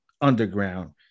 Underground